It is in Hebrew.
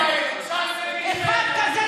דמוקרטיות,